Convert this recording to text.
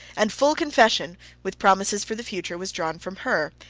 and full confession, with promises for the future, was drawn from her.